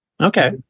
Okay